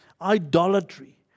idolatry